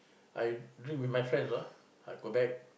I drink with my friends ah I go back